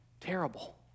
terrible